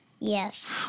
Yes